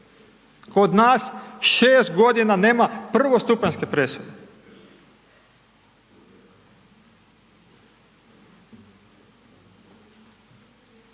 kod nas 6 godina nema prvostupanjske presude